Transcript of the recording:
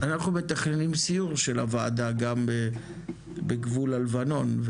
אנחנו מתכננים סיור של הוועדה גם בגבול הלבנון,